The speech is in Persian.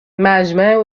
مجمع